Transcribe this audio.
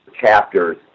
chapters